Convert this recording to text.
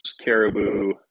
caribou